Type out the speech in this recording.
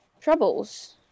troubles